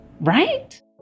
right